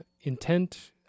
Intent